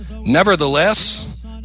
Nevertheless